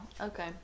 Okay